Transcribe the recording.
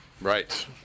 Right